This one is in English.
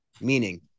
meaning